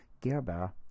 Gerber